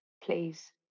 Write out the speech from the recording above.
please